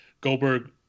Goldberg